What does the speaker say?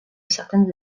certaines